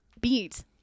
beat